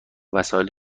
وسایل